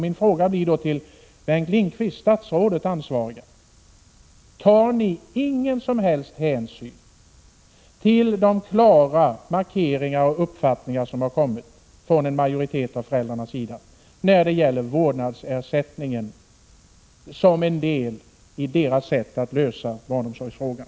Min fråga till det ansvariga statsrådet Bengt Lindqvist blir då: Tar ni ingen som helst hänsyn till de klara markeringar och uppfattningar som har kommit från en majoritet bland föräldrarna när det gäller vårdnadsersättningen som en del av lösningen på barnomsorgen?